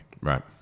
Right